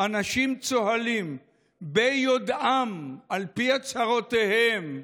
אנשים צוהלים ביודעם, על פי הצהרותיהם,